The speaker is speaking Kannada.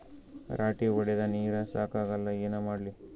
ರಾಟಿ ಹೊಡದ ನೀರ ಸಾಕಾಗಲ್ಲ ಏನ ಮಾಡ್ಲಿ?